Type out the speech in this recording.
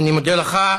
אני מודה לך.